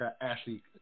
Ashley